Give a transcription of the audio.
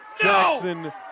Jackson